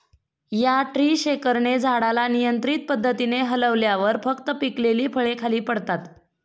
या ट्री शेकरने झाडाला नियंत्रित पद्धतीने हलवल्यावर फक्त पिकलेली फळे खाली पडतात